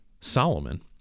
Solomon